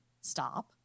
stop